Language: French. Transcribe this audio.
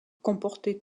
comportait